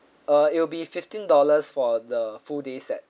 uh it'll be fifteen dollars for the full day set